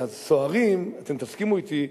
הסוהרים, אתם תסכימו אתי,